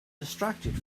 distracted